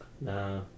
Nah